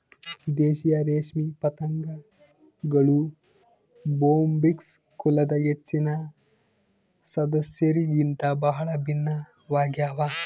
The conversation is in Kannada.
ದೇಶೀಯ ರೇಷ್ಮೆ ಪತಂಗಗಳು ಬೊಂಬಿಕ್ಸ್ ಕುಲದ ಹೆಚ್ಚಿನ ಸದಸ್ಯರಿಗಿಂತ ಬಹಳ ಭಿನ್ನವಾಗ್ಯವ